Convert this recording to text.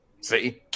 See